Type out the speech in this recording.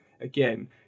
again